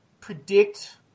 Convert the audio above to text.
predict